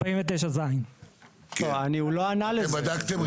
אתם בדקתם?